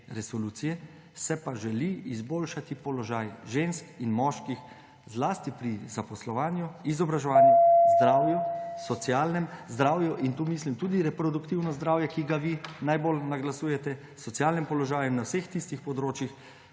resoluciji, se pa želi izboljšati položaj žensk in moških; zlasti pri zaposlovanju, izobraževanju, zdravju – in tudi mislim tudi reproduktivno zdravje, ki ga vi najbolj naglašujete –, socialnem položaju; na vseh tistih področjih,